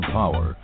power